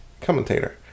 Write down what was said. commentator